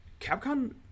capcom